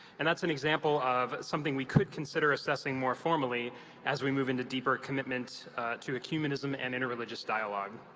and that's an example of something we could consider assessing more formally as we move into deeper commitment to eck you minnism and inter-religious dialogue.